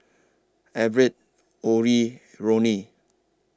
Everette Orrie Roni